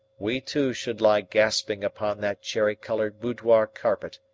we too should lie gasping upon that cherry-coloured boudoir carpet,